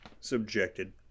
subjected